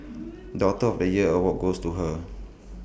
daughter of the year award goes to her